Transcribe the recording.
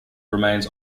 remains